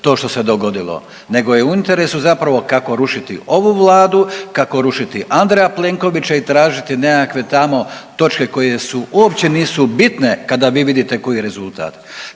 to što se dogodilo, nego je u interesu zapravo kako rušiti ovu Vladu, kako rušiti Andreja Plenkovića i tražiti nekakve tamo točke koje uopće nisu bitne kada vi vidite koji je rezultat.